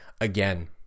again